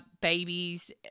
babies